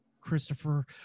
Christopher